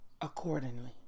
accordingly